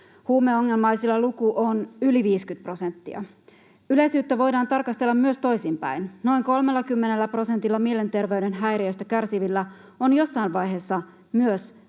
Huumeongelmaisilla luku on yli 50 prosenttia. Yleisyyttä voidaan tarkastella myös toisin päin: noin 30 prosentilla mielenterveyden häiriöistä kärsivillä on jossain vaiheessa myös